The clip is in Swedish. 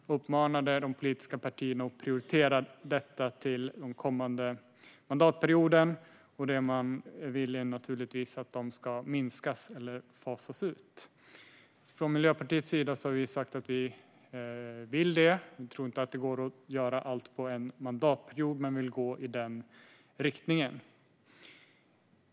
Där uppmanade man de politiska partierna att prioritera detta för den kommande mandatperioden. Det man vill är naturligtvis att de fossila subventionerna ska minskas eller fasas ut. Från Miljöpartiets sida har vi sagt att vi gärna vill det. Vi tror inte att det går att göra allt på en mandatperiod, men vi vill gå i den riktningen.